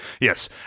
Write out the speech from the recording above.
Yes